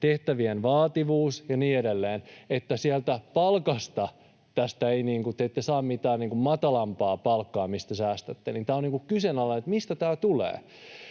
tehtävien vaativuus ja niin edelleen, niin että te ette saa mitään matalampaa palkkaa, mistä säästätte. Tämä, mistä tämä tulee,